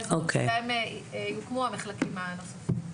שם יוקמו המחלקים הנוספים.